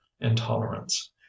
intolerance